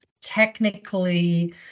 technically